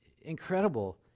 incredible